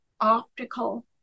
optical